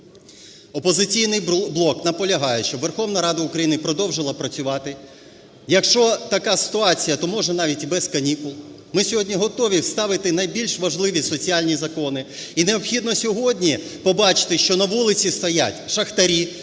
"Опозиційний блок" наполягає, щоб Верховна Рада України продовжила працювати, якщо така ситуація, то може навіть і без канікул. Ми сьогодні готові ставити найбільш важливі соціальні закони, і необхідно сьогодні побачити, що на вулиці стоять шахтарі,